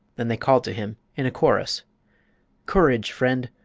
then they called to him in a chorus courage, friend!